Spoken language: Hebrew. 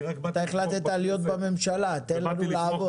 אתה החלטת להיות בממשלה, תן לי לעבוד.